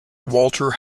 walter